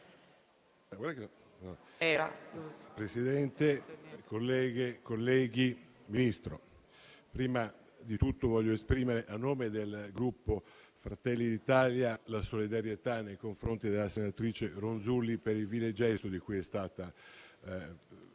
Presidente, colleghe, colleghi, Ministra, prima di tutto voglio esprimere a nome del Gruppo Fratelli d'Italia la solidarietà nei confronti della senatrice Ronzulli per il vile gesto di cui è stata oggetto.